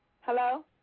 Hello